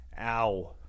Ow